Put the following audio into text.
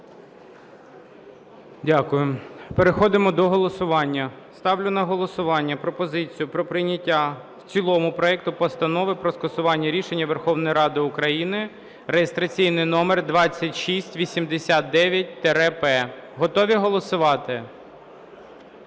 Дякую. Переходимо до голосування. Ставлю на голосування пропозицію про прийняття в цілому проекту Постанови про скасування рішення Верховної Ради України (реєстраційний номер 2689-П). Готові голосувати? Прошу